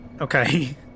Okay